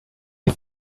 die